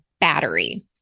battery